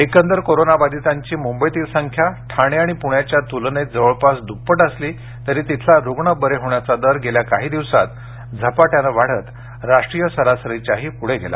एकंदर बाधितांची मुंबईतील संख्या ठाणे आणि पुण्याच्या तुलनेत जवळपास द्प्पट असली तरी तिथला रुग्ण बरे होण्याचा दर गेल्या काही दिवसात झपाट्यानं वाढत राष्ट्रीय सरासरीच्याही पुढे गेला